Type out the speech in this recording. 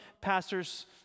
pastors